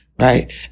right